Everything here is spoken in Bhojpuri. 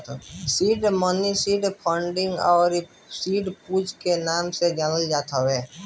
सीड मनी सीड फंडिंग अउरी सीड पूंजी के नाम से जानल जात हवे